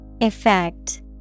Effect